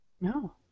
No